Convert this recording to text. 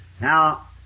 Now